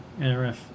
NRF